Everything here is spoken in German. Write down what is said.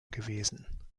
gewesen